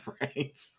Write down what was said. Right